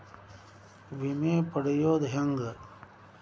ವಿಮೆ ಪಡಿಯೋದ ಹೆಂಗ್?